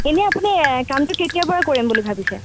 এনে আপুনি কামটো কেতিয়াৰপৰা কৰিম বুলি ভাবিছে